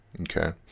Okay